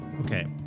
Okay